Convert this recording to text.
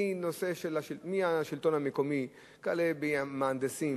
החל בשלטון המקומי וכלה במהנדסים,